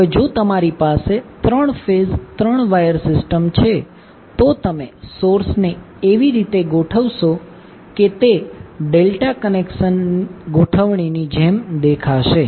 હવે જો તમારી પાસે 3 ફેઝ 3 વાયર સિસ્ટમ છે તો તમે સોર્સને એવી રીતે ગોઠવશો કે તે ડેલ્ટા કનેક્શન ગોઠવણીની જેમ દેખાશે